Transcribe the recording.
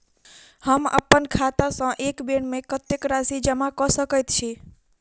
हम अप्पन खाता सँ एक बेर मे कत्तेक राशि जमा कऽ सकैत छी?